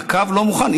הקו לא מוכן.